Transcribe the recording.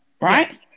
right